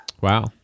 Wow